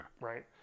right